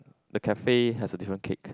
the cafe has a different cake